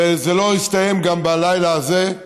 וזה גם לא יסתיים בלילה הזה.